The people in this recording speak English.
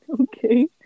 Okay